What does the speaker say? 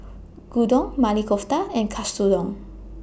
Gyudon Maili Kofta and Katsudon